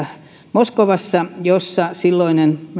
moskovassa jossa silloinen